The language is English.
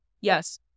yes